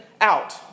out